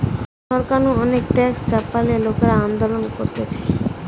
সরকার নু অনেক ট্যাক্স চাপালে লোকরা আন্দোলন করতিছে